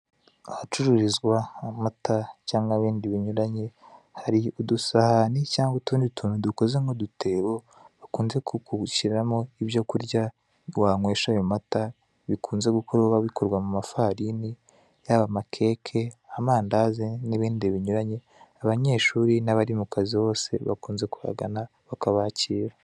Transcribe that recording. Ahacururizwa amata cyangwa ibindi binyuranye hari udusahani cyangwa utundi tuntu dukoze nk'udutebo bakunze gushyiramo ibyo kurya wanywesha ayo mata, bikunze kuba bikorwa mu mafarini yaba amakeke, amandazi n'ibindi binyuranye, abanyeshuri n'abari mu kazi bose bakunze kuhagana bakabakira.